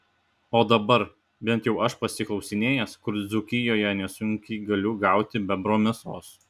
o dabar bent jau aš pasiklausinėjęs kur dzūkijoje nesunkiai galiu gauti bebro mėsos